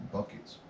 Buckets